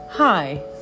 Hi